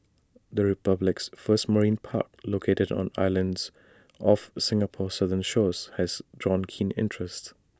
the republic's first marine park located on islands off Singapore's southern shores has drawn keen interest